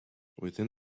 within